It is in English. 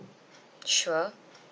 sure